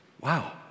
Wow